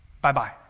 Bye-bye